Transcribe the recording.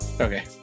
Okay